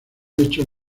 hechos